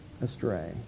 astray